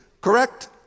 correct